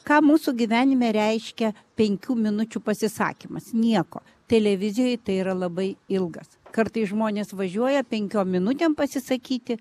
ką mūsų gyvenime reiškia penkių minučių pasisakymas nieko televizijoj tai yra labai ilgas kartais žmonės važiuoja penkiom minutėm pasisakyti